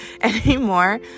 anymore